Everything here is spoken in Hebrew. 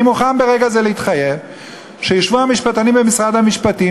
אני מוכן ברגע זה להתחייב שישבו המשפטנים במשרד המשפטים